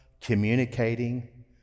communicating